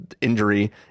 injury